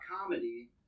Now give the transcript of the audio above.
comedy